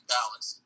Dallas